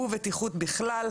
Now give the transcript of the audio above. ובטיחות בכלל,